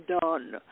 done